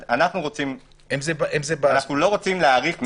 לא רוצים להאריך מעבר.